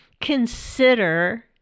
Consider